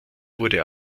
wurde